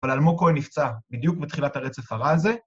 אבל אלמוג כהן נפצע בדיוק בתחילת הרצף הרע הזה.